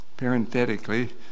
parenthetically